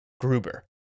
Gruber